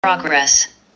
Progress